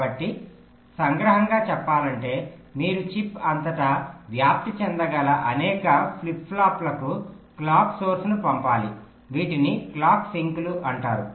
కాబట్టి సంగ్రహంగా చెప్పాలంటే మీరు చిప్ అంతటా వ్యాప్తి చెందగల అనేక ఫ్లిప్ ఫ్లాప్లకు క్లాక్ సోర్స్ను పంపాలి వీటిని క్లాక్ సింక్లు అంటారు